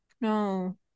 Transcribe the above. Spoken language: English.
No